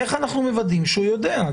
איך אנחנו מוודאים שהוא יודע?